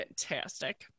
fantastic